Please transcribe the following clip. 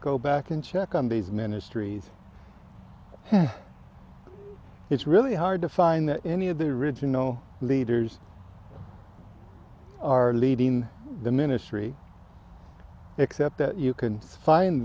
go back and check on these ministries it's really hard to find that any of the original leaders are leading the ministry except that you can